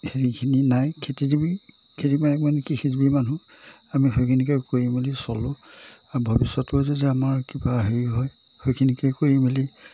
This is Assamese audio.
সেইখিনি নাই খেতিজীৱী খেতি মানে কৃষিজীৱি মানুহ আমি সেইখিনিকে কৰি মেলি চলোঁ ভৱিষ্যতেও যাতে আমাৰ কিবা হেৰি হয় সেইখিনিকে কৰি মেলি